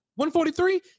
143